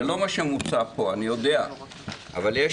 זה לא מה שמוצע פה, אני יודע, אבל יש